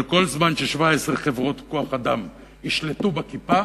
אבל כל זמן ש-17 חברות כוח-אדם ישלטו בכיפה